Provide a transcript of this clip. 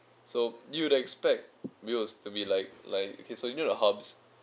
so you would expect wheels to me like like okay so you know the hobbs